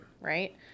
Right